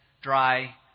dry